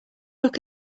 look